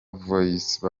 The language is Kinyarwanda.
voice